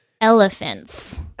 elephants